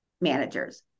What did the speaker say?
managers